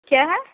क्या है